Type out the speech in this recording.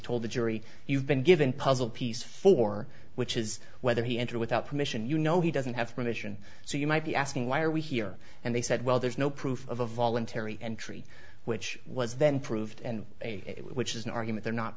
told the jury you've been given puzzle piece for which is whether he enter without permission you know he doesn't have permission so you might be asking why are we here and they said well there's no proof of a voluntary entry which was then proved and which is an argument they're not